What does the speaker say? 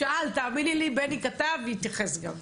שאלת, תאמיני לי בני כתב והוא יתייחס גם.